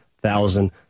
thousand